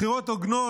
בחירות הוגנות,